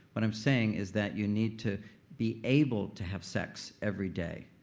what i'm saying is that you need to be able to have sex every day.